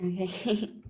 Okay